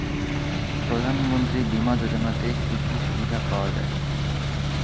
প্রধানমন্ত্রী বিমা যোজনাতে কি কি সুবিধা পাওয়া যায়?